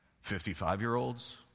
Fifty-five-year-olds